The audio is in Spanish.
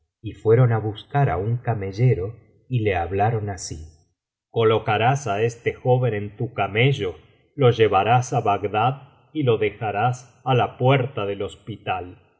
y fueron á buscar á un camellero y le hablaron así colocarás á este joven en tu camello lo llevarás á bagdad y lo dejarás á la puerta del hospital y